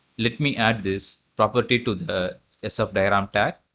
let me add this property to the ah sfdiagram tag.